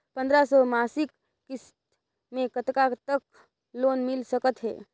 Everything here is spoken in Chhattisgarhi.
पंद्रह सौ मासिक किस्त मे कतका तक लोन मिल सकत हे?